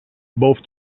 both